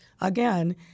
again